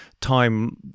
time